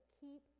Keep